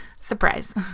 surprise